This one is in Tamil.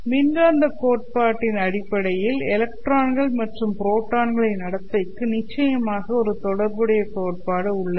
மின்காந்தக் கோட்பாட்டின் அடிப்படையில் எலக்ட்ரான்கள் மற்றும் புரோட்டான்களின் நடத்தைக்கு நிச்சயமாக ஒரு தொடர்புடைய கோட்பாடு உள்ளது